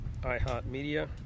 iHeartMedia